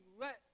let